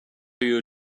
you